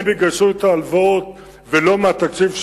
הן יגייסו את ההלוואות ולא מהתקציב שלנו,